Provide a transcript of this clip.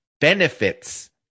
benefits